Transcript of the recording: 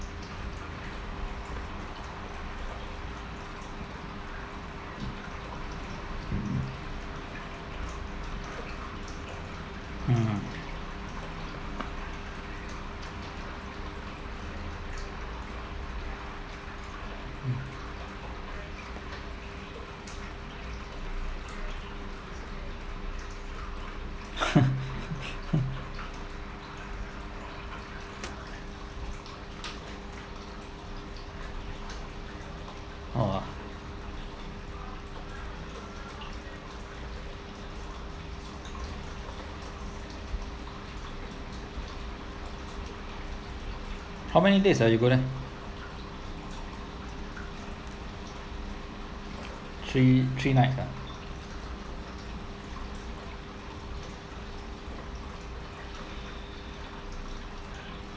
mm oh how many days ah you go there three three night ah